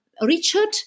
Richard